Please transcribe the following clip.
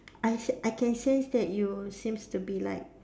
I I can sense that you seems to be like